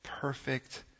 perfect